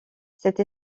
cette